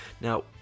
Now